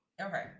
Okay